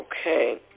okay